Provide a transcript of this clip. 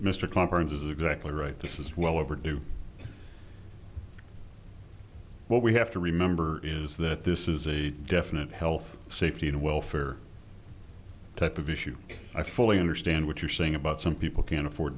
mr conference is exactly right this is well overdue what we have to remember is that this is a definite health safety and welfare type of issue i fully understand what you're saying about some people can afford